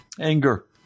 anger